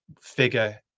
figure